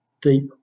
deep